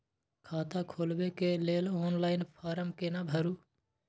खाता खोलबेके लेल ऑनलाइन फारम केना भरु?